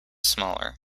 smaller